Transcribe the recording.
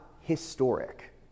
historic